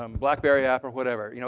um blackberry app or whatever. you know